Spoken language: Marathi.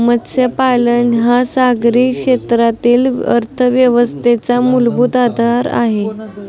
मत्स्यपालन हा सागरी क्षेत्रातील अर्थव्यवस्थेचा मूलभूत आधार आहे